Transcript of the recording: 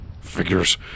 Figures